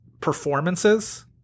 performances